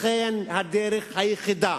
לכן הדרך היחידה,